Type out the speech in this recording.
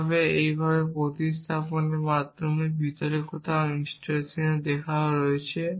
যেখানে এইভাবে প্রতিস্থাপনের মাধ্যমে ভিতরে কোথাও ইনস্ট্যান্টিয়েশন হচ্ছে